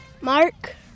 Mark